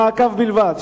למעקב בלבד,